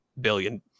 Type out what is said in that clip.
billion